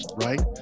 right